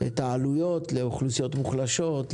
את העלויות לאוכלוסיות מוחלשות,